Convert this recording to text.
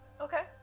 Okay